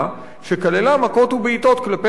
שכללה מכות ובעיטות כלפי המוחים.